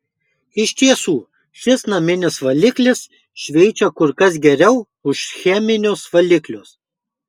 iš tiesų šis naminis valiklis šveičia kur kas geriau už cheminius valiklius